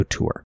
Tour